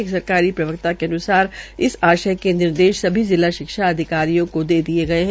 एक सरकारी प्रवक्ता के अनुसार इस आश्य के निर्देश सभी जिला शिक्षा अधिकारियों को दे दिये गये है